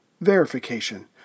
verification